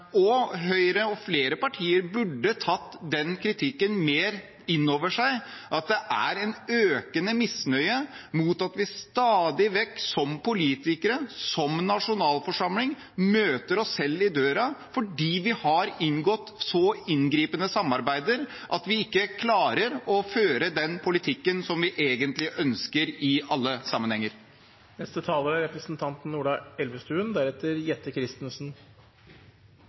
flere partier burde tatt den kritikken mer inn over seg – at det er økende misnøye med at vi som politikere, som nasjonalforsamling, stadig vekk møter oss selv i døren fordi vi har inngått så inngripende samarbeid at vi ikke klarer å føre den politikken vi egentlig ønsker, i alle sammenhenger.